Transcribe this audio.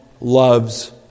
loves